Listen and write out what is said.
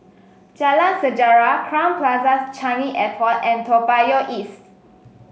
Jalan Sejarah Crowne Plaza Changi Airport and Toa Payoh East